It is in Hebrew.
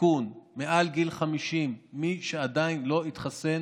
הסיכון מעל גיל 50, מי שעדיין לא התחסן,